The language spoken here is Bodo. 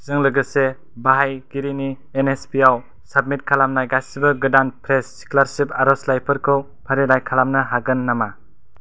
जों लोगोसे बाहायगिरिनि एन एस पि आव साबमिट खालामनाय गासिबो गोदान फ्रेस स्कलारसिप आरजलाइफोरखौ फारिलाइ खालामनो हागोन नामा